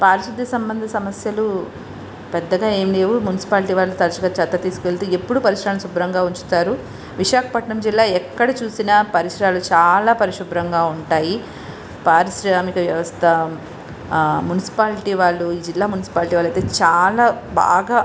పారిశుద్ధ సంబంధ సమస్యలు పెద్దగా ఏమి లేవు మున్సిపాలిటీ వాళ్ళు తరచుగా చెత్త తీసుకెళ్తూ ఎప్పుడూ పరిసరాలని శుభ్రంగా ఉంచుతారు విశాఖపట్టణం జిల్లా ఎక్కడ చూసినా పరిసరాలు చాలా పరిశుభ్రంగా ఉంటాయి పారిశ్రామిక వ్యవస్థ మున్సిపాలిటీ వాళ్ళు ఈ జిల్లా మున్సిపాలిటీ వాళ్ళు అయితే చాలా బాగా